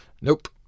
Nope